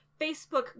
Facebook